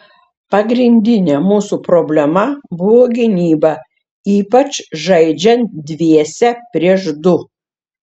pagrindinė mūsų problema buvo gynyba ypač žaidžiant dviese prieš du